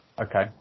Okay